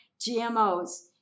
GMOs